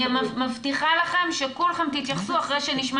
אני מבטיחה לכם שכולכם תתייחסו אחרי שנשמע